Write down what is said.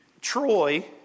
Troy